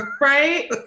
Right